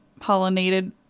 pollinated